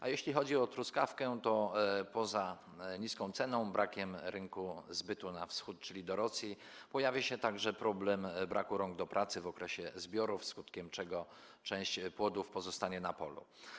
A jeśli chodzi o truskawki, to poza niską ceną, brakiem rynku zbytu na Wschód, czyli do Rosji, pojawia się także problem braku rąk do pracy w okresie zbiorów, skutkiem czego część płodów pozostanie na polu.